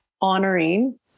honoring